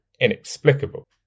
inexplicable